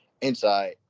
inside